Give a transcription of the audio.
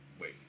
Wait